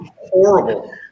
horrible